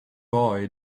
boy